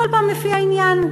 כל פעם לפי העניין.